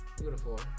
beautiful